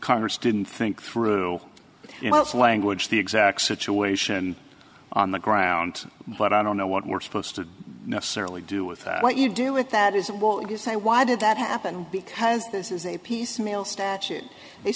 congress didn't think through the language the exact situation on the ground but i don't know what we're supposed to necessarily do with that what you do with that is what you say why did that happen because this is a piecemeal statute they